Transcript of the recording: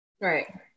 right